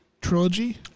trilogy